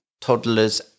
toddlers